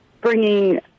bringing